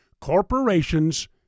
Corporations